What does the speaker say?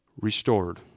restored